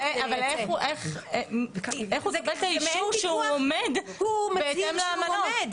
זה אישור שהוא עומד בהתאם לאמנות.